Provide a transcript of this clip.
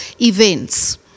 events